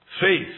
faith